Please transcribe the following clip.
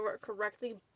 correctly